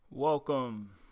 Welcome